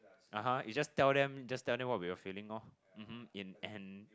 (uh huh) you just tell them just tell them what we are feeling lor um hm in and